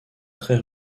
très